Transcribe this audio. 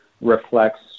reflects